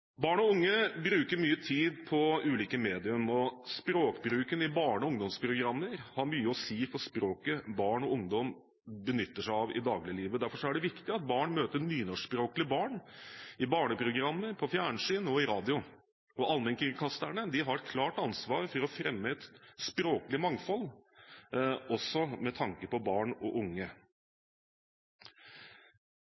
Barn og unge bruker mye tid på ulike medier, og språkbruken i barne- og ungdomsprogrammer har mye å si for språket barn og ungdom benytter seg av i dagliglivet. Derfor er det viktig at barn møter nynorskspråklige barn i barneprogrammer på fjernsyn og i radio. Allmennkringkasterne har et klart ansvar for å fremme et språklig mangfold også med tanke på barn og unge.